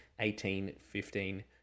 18-15